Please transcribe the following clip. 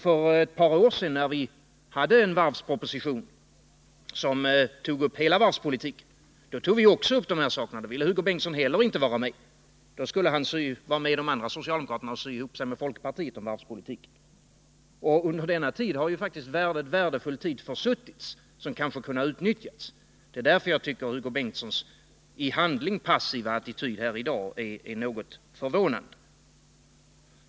För ett par år sedan hade vi en varvsproposition, som behandlade varvspolitiken i dess helhet, och då tog vi upp dessa frågor. Men inte heller då ville Hugo Bengtsson vara med. Då ville han och de andra socialdemokra terna sy ihop sig med folkpartiet om varvspolitiken. Under den tid som gått sedan dess har faktiskt värdefull tid försuttits, som annars kanske kunde ha utnyttjats. Det är därför som jag tycker att Hugo Bengtssons i handling passiva attityd här i dag är något förvånande.